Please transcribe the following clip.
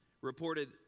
reported